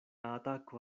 atako